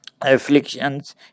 afflictions